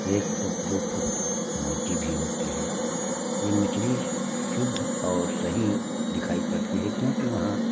एक फुट दो फुट मोटी भी होती है ये मछली शुद्ध और सही दिखाई पड़ती है क्योंकि वहां